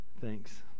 Thanks